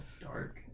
dark